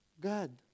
God